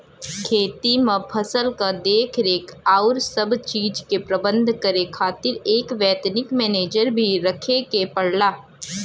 खेती में फसल क देखरेख आउर सब चीज के प्रबंध करे खातिर एक वैतनिक मनेजर भी रखे के पड़ला